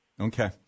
okay